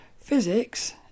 physics